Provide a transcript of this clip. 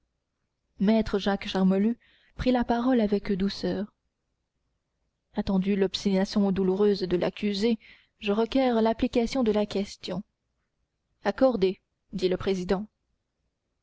maître jacques charmolue prit la parole avec douceur attendu l'obstination douloureuse de l'accusée je requiers l'application de la question accordé dit le président